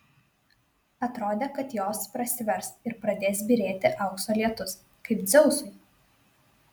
atrodė kad jos prasivers ir pradės byrėti aukso lietus kaip dzeusui